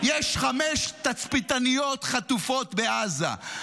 יש חמש תצפיתניות חטופות בעזה,